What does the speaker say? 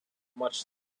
much